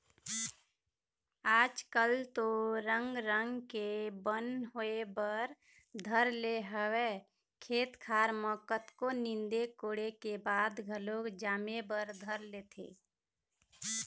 आज कल तो रंग रंग के बन होय बर धर ले हवय खेत खार म कतको नींदे कोड़े के बाद घलोक जामे बर धर लेथे